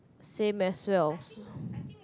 same as well